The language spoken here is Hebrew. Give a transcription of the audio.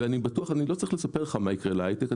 אני לא צריך לספר לך מה יקרה להיי-טק.